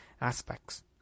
aspects